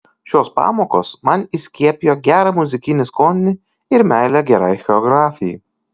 šios pamokos man įskiepijo gerą muzikinį skonį ir meilę gerai choreografijai